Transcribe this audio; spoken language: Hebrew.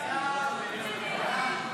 34, כהצעת הוועדה,